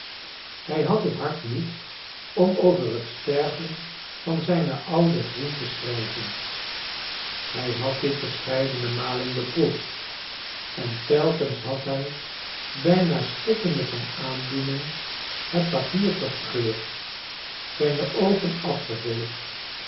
hij had het hart niet om over het sterven van zijnen ouden vriend te schrijven hij had dit verscheidene malen beproefd en telkens had hij bijna stikkende van aandoening het papier verscheurd zijne oogen afgeveegd